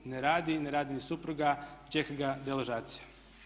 Ne radi, ne radi ni supruga, čeka ga deložacija.